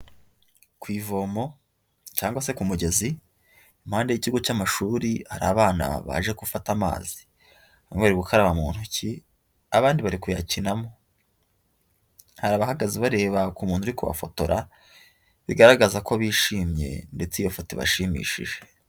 Ku ivomo cyangwa se ku mugezi impande y'ikigo cy'amashuri hari abana baje gufata amazi, bamwe bari gukaraba mu ntoki abandi bari kuyakinamo, hari abahagaze bare ku muntu uri kubafotora, bigaragaza ko bishimye ndetse iyo foto ibashimishije.